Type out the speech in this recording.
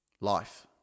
life